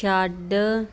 ਛੱਡ